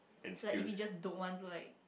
like if you just don't want to like